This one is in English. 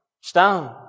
Stand